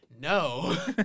no